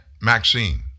Maxine